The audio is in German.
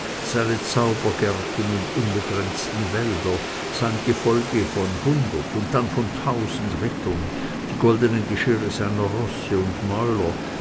seine zaubergärten und unbegrenzten wälder sein gefolge von hundert und dann von tausend rittern die goldenen geschirre seiner rosse und mäuler